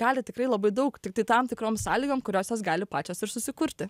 gali tikrai labai daug tiktai tam tikrom sąlygom kurios jos gali pačios ir susikurti